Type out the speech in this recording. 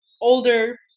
older